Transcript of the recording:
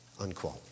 unquote